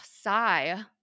sigh